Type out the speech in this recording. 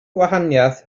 gwahaniaeth